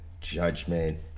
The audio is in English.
judgment